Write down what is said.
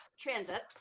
transit